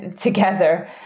together